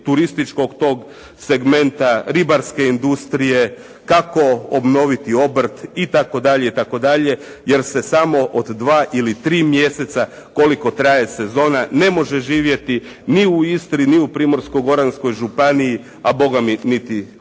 turističkog tog segmenta, ribarske industrije, kako obnoviti obrt itd. itd. jer se samo od dva ili tri mjeseca koliko traje sezona ne može živjeti ni u Istri, ni u Primorsko-goranskoj županiji a bogami niti na